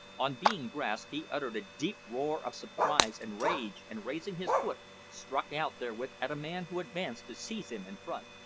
on being grasped he uttered a deep roar of surprise and rage, and, raising his foot, struck out therewith at a man who advanced to seize him in front.